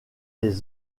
des